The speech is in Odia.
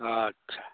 ହଁ ଆଚ୍ଛା